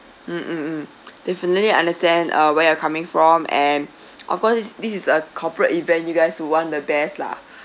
mm mm mm definitely understand uh where you are coming from and of course this is a corporate event you guys who want the best lah